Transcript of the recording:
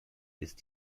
ist